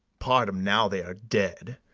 part em now they are dead.